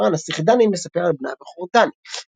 ספרה "הנסיך דני" מספר על בנה הבכור דני.